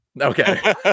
Okay